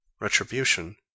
retribution